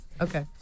Okay